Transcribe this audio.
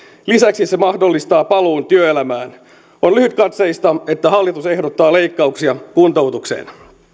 lisäksi se mahdollistaa paluun työelämään on lyhytkatseista että hallitus ehdottaa leikkauksia kuntoutukseen